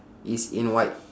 is in white